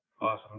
Awesome